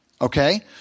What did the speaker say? Okay